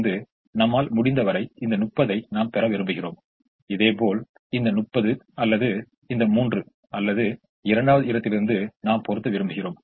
எனவே நாம் இங்கே 1 ஐ பொறுத்துகிறோம் இதை 1 உடன் சமப்படுத்த முடியும் இதிலிருந்து 1 உடன் இதை மீண்டும் சமன் செய்கிறோம்